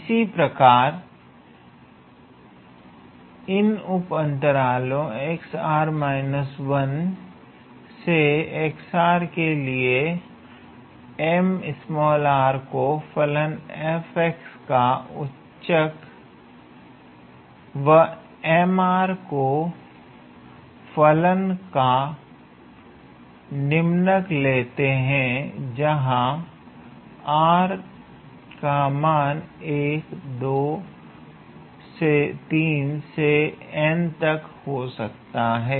इसी प्रकार इन उपअंतरालों से के लिए हम को फलन 𝑓𝑥 का उच्चक व को फलन का निम्नक लेते हैं जहां r का मान 123 से 𝑛 तक हो सकता है